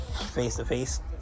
face-to-face